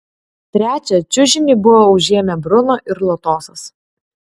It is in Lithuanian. trečią čiužinį buvo užėmę bruno ir lotosas